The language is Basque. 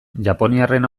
japoniarren